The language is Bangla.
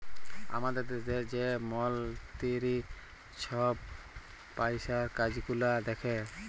আমাদের দ্যাশে যে মলতিরি ছহব পইসার কাজ গুলাল দ্যাখে